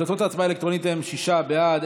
תוצאות ההצבעה האלקטרונית: שישה בעד,